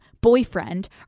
boyfriend